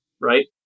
right